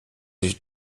ich